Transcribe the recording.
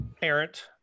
parent